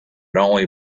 only